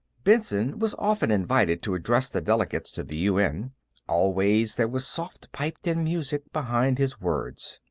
benson was often invited to address the delegates to the un always, there was soft piped-in music behind his words.